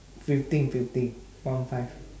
fifteen fifteen one five